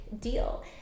deal